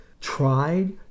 tried